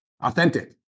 Authentic